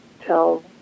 tell